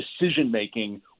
decision-making